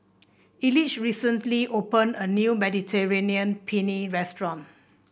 Elige recently opened a new Mediterranean Penne Restaurant